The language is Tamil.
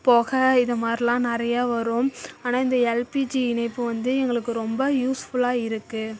புகை இதை மாதிரில்லாம் நிறையா வரும் ஆனால் இந்த எல்பிஜி இணைப்பு வந்து எங்களுக்கு ரொம்ப யூஸ்ஃபுல்லாக இருக்குது